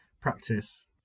practice